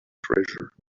treasure